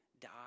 die